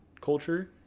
culture